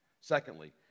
secondly